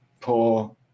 poor